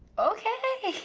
okay.